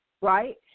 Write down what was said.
right